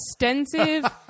extensive